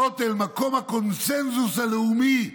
הכותל, מקום הקונסנזוס הלאומי.